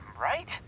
right